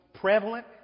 prevalent